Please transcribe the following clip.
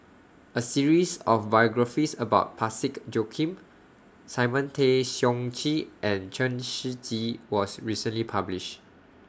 A series of biographies about Parsick Joaquim Simon Tay Seong Chee and Chen Shiji was recently published